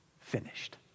finished